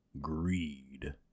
greed